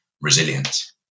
resilience